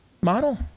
model